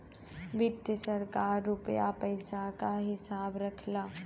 वित्त सारा रुपिया पइसा क हिसाब रखला